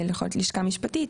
יכול להיות לשכה משפטית,